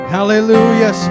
Hallelujah